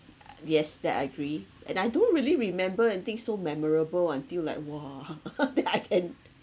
uh yes that I agree and I don't really remember and think so memorable until like !wah! that I can